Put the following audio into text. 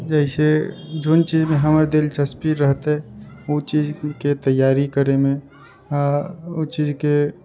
जैसे जे चीजमे हमर दिलचस्पी रहतै ओ चीजके तैयारी करैमे आ ओ चीजके